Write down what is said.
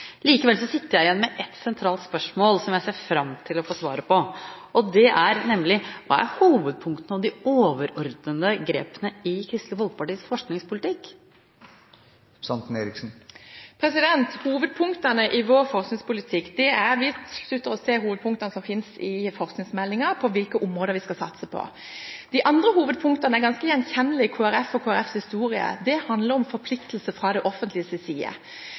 Likevel sitter jeg igjen med et sentralt spørsmål, som jeg ser fram til å få svar på. Det er: Hva er hovedpunktene og de overordnede grepene i Kristelig Folkepartis forskningspolitikk? Hovedpunktene i vår forskningspolitikk er, som vi slutter oss til, hovedpunktene i forskningsmeldingen om hvilke områder vi skal satse på. De andre hovedpunktene er ganske gjenkjennelige for Kristelig Folkeparti og fra Kristelig Folkepartis historie. Det handler om forpliktelser fra det offentliges side.